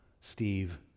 Steve